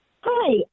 Hi